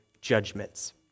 judgments